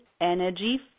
energy